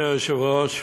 אדוני היושב-ראש,